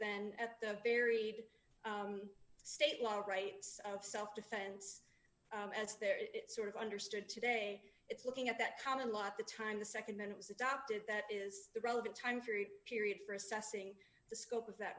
than at the buried state level rights of self defense as there is sort of understood today it's looking at that common law at the time the nd when it was adopted that is the relevant time period period for assessing the scope of that